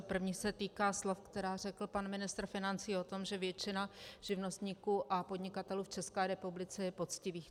První se týká slov, která řekl pan ministr financí o tom, že většina živnostníků a podnikatelů v České republice je poctivých.